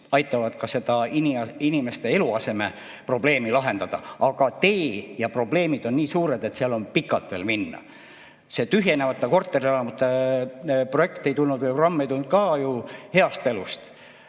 aitavad ka inimeste eluasemeprobleemi lahendada. Aga probleemid on nii suured, et seal on pikalt veel minna. See tühjenevate korterelamute projekt ei tulnud või programm ei tulnud ka ju heast elust.